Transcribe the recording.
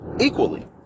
equally